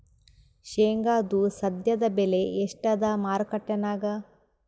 ಶೇಂಗಾದು ಸದ್ಯದಬೆಲೆ ಎಷ್ಟಾದಾ ಮಾರಕೆಟನ್ಯಾಗ?